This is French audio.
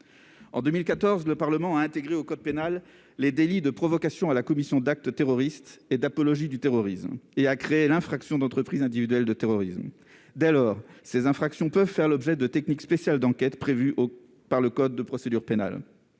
En 2014, le Parlement a introduit dans le code pénal les délits de provocation à la commission d'actes terroristes et d'apologie du terrorisme, et créé l'infraction d'entreprise individuelle de terrorisme. Dès lors, ces infractions peuvent donner lieu à l'emploi de techniques spéciales d'enquête prévues par le code de procédure pénale.